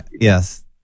Yes